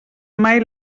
mai